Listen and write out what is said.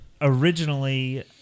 originally